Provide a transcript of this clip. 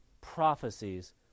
prophecies